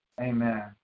Amen